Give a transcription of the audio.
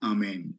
Amen